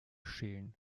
schälen